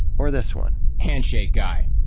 or this one handshake guy.